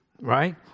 right